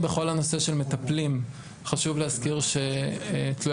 בכל הנושא של מטפלים חשוב להזכיר שתלויה